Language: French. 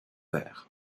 vert